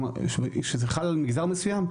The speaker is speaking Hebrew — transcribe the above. כלומר כשזה חל על מגזר מסוים,